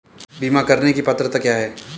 बीमा करने की पात्रता क्या है?